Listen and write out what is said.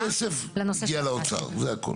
והכסף יגיע לאוצר, זה הכול.